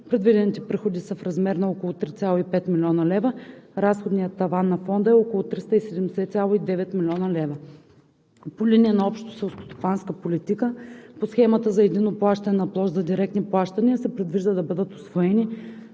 предвидените приходи са в размер на около 3,5 млн. лв. Разходният таван на Фонда е около 370,9 млн. лв. По линия на Общата селскостопанска политика по схемата за единно плащане на площ за директни плащания се предвижда да бъдат усвоени